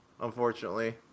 unfortunately